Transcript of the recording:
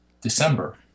December